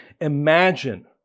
imagine